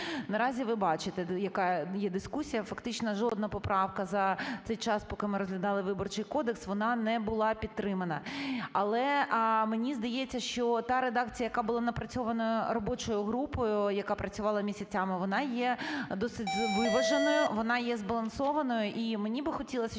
наразі ви бачите, яка є дискусія, фактично жодна поправка за цей час, поки ми розглядали Виборчий кодекс, вона не була підтримана. Але мені здається, що та редакція, яка була напрацьована робочою групою, яка працювала місяцями, вона є досить виваженою, вона є збалансованою. І мені би хотілося,